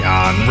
on